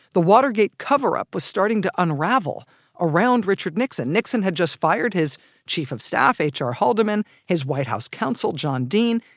the watergate cover-up was starting to unravel around richard nixon. nixon had just fired his chief of staff ah hr haldeman, his white house counsel john dean,